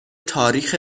تاریخ